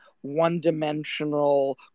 one-dimensional